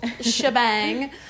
shebang